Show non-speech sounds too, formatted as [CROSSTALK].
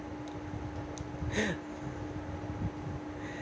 [LAUGHS]